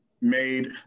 made